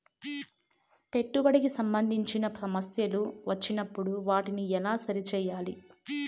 పెట్టుబడికి సంబంధించిన సమస్యలు వచ్చినప్పుడు వాటిని ఎలా సరి చేయాలి?